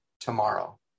tomorrow